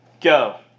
Go